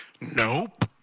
nope